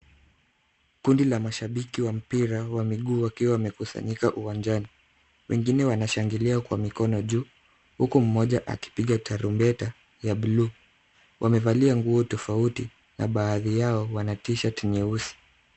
Kundi la mashabiki wa mpira wa miguu wakiwa wamekusanyika uwanjani. Wengine wanashangilia kwa mikono juu, huku mmoja akipiga tarumbeta ya bluu. Wamevalia nguo tofauti na baadhi yao wanatishat nyeusi.